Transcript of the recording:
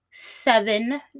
seven